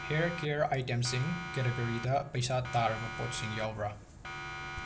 hair care ꯑꯥꯏꯇꯦꯝꯁꯤꯡ ꯀꯦꯇꯦꯒꯣꯔꯤꯗ ꯄꯩꯁꯥ ꯇꯥꯔꯕ ꯄꯣꯠꯁꯤꯡ ꯌꯥꯎꯕ꯭ꯔꯥ